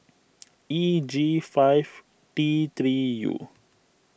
E G five T three U